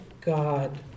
God